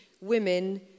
women